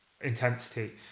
intensity